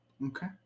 Okay